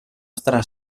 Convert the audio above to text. estarà